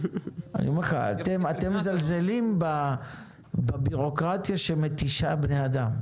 אתם מזלזלים בבירוקרטיה שמתישה בני אדם.